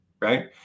right